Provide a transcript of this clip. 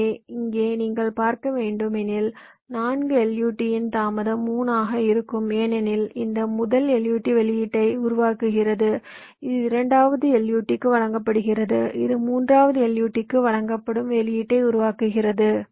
எனவே இங்கே நீங்கள் பார்க்க வேண்டும் எனில் 4 LUT இன் தாமதம் 3 ஆக இருக்கும் ஏனெனில் இந்த முதல் LUT வெளியீட்டை உருவாக்குகிறது இது இரண்டாவது LUT க்கு வழங்கப்படுகிறது இது மூன்றாவது LUT க்கு வழங்கப்படும் வெளியீட்டை உருவாக்குகிறது